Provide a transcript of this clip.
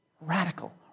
Radical